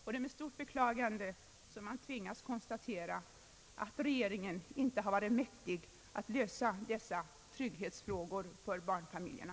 Det är med stort beklagande som man tvingas konstatera att regeringen inte har varit mäktig att lösa dessa trygghetsfrågor för barnfamiljerna.